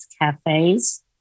cafes